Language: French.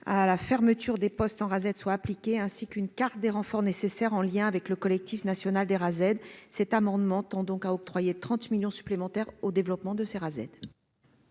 à la fermeture des postes en Rased soient appliquées, ainsi qu'une carte des renforts nécessaires en lien avec le collectif national des Rased, cet amendement tend donc à octroyer 30 millions supplémentaires au développement de ces Rased.